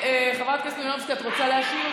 חברת הכנסת מלינובסקי, את רוצה להשיב?